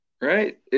Right